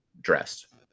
dressed